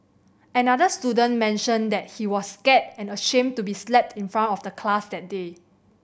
another student mentioned that he was scared and ashamed to be slapped in front of the class that day